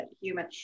human